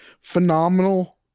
phenomenal